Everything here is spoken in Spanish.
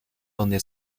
donde